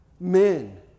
Men